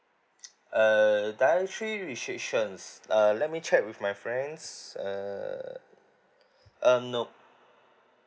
uh dietary restrictions uh let me check with my friends err um no